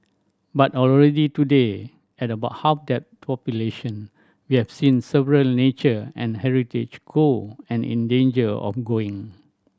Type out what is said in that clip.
but already today at about half that population we have seen several nature and heritage go and in danger of going